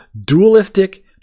dualistic